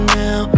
now